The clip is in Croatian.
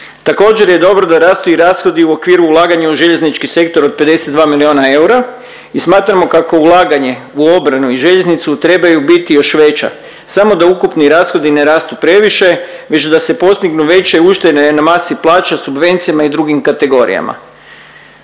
Također je dobro da rastu i rashodi u okviru ulaganja u željeznički sektor od 52 milijuna eura i smatramo kako ulaganje u obranu i željeznicu trebaju biti još veća, samo da ukupni rashodi ne rastu previše već da se postignu veće uštede na masi plaća, subvencijama i drugim kategorijama.